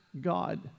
God